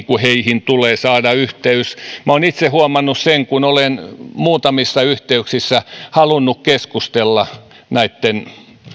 heihin tulee saada yhteys minä olen itse huomannut sen kun olen muutamissa yhteyksissä halunnut keskustella näitten